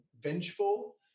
vengeful